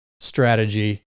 strategy